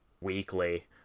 weekly